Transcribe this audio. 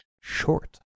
short